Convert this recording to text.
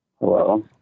Hello